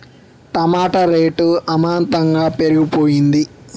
టమాట rate అమాంతంగా పెరిగిపోయింది